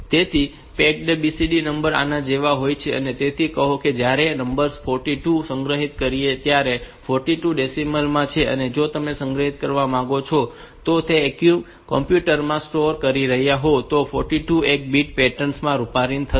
તેથી packed BCD નંબરો આના જેવા હોય છે તેથી કહો કે જ્યારે આપણે નંબર્સ 42 ને સંગ્રહિત કરીએ છીએ ત્યારે આ 42 ડેસીમલ માં છે અને જો તમે તેને સંગ્રહિત કરવા માંગો અને જો તમે તેને કમ્પ્યુટર માં સ્ટોર કરી રહ્યાં હોવ તો આ 42 એક બીટ પેટર્ન માં રૂપાંતરિત થશે